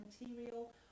material